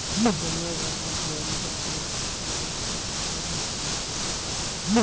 दुनिया भर के डेयरी बनावे के तरीका में ढेर अलगाव बा